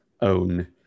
own